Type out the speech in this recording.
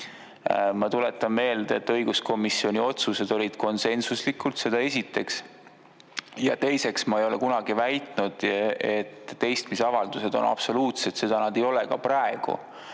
Ma tuletan meelde, et õiguskomisjoni otsused olid konsensuslikud. Seda esiteks. Ja teiseks, ma ei ole kunagi väitnud, et teistmisavaldused on absoluutsed. Seda nad ei ole ka praegu.